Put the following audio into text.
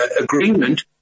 agreement